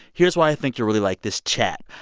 here's why i think you'll really like this chat.